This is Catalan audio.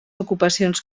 ocupacions